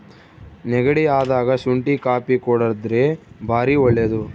ನೆಗಡಿ ಅದಾಗ ಶುಂಟಿ ಕಾಪಿ ಕುಡರ್ದೆ ಬಾರಿ ಒಳ್ಳೆದು